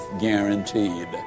guaranteed